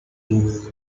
ubuvuzi